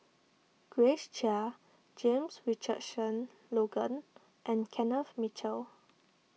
Grace Chia James Richardson Logan and Kenneth Mitchell